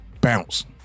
bounce